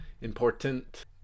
important